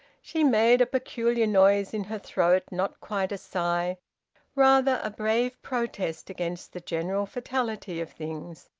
she made a peculiar noise in her throat, not quite a sigh rather a brave protest against the general fatality of things,